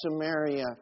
Samaria